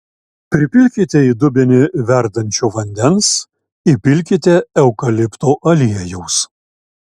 pripilkite į dubenį verdančio vandens įpilkite eukalipto aliejaus